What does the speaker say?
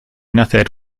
nacer